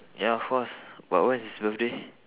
ya of course but when is his birthday